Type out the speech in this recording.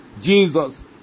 jesus